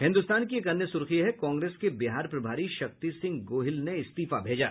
हिन्द्रस्तान की एक अन्य सुर्खी है कांग्रेस के बिहार प्रभारी शक्ति सिंह गोहिल ने इस्तीफा भेजा